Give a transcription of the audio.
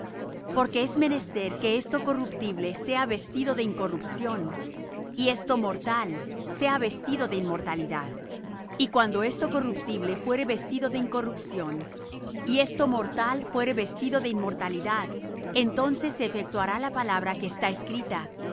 porque es menester que esto corruptible sea vestido de incorrupción y esto mortal sea vestido de inmortalidad y cuando esto corruptible fuere vestido de incorrupción y esto mortal fuere vestido de inmortalidad entonces se efectuará la palabra que está escrita